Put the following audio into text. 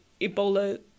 Ebola